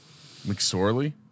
McSorley